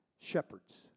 shepherds